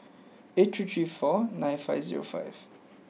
eight three three four nine five zero five